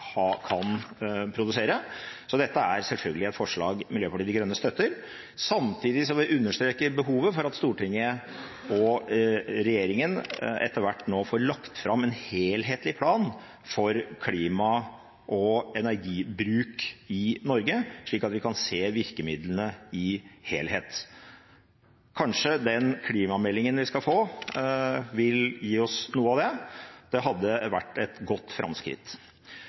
kan produsere. Så dette er selvfølgelig et forslag Miljøpartiet De Grønne støtter, samtidig som vi understreker behovet for at Stortinget og regjeringen etter hvert får lagt fram en helhetlig plan for klima- og energibruk i Norge, slik at vi kan se virkemidlene i sin helhet. Kanskje den klimameldingen vi skal få, vil gi oss noe av det. Det hadde vært et godt framskritt.